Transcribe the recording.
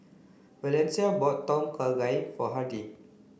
Valencia bought Tom Kha Gai for Hardie